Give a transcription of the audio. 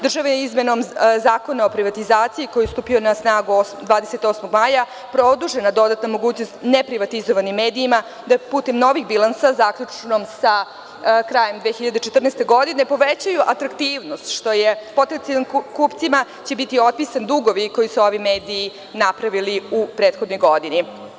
Država je izmenom Zakona o privatizaciji, koji je stupio na snagu 28. maja, produžila dodatnu mogućnost neprivatizovanim medijima da putem novih bilansa, zaključno sa krajem 2014. godine, povećaju atraktivnost tako što će potencijalnim kupcima biti otpisani dugovi koje su ovi mediji napravili u prethodnoj godini.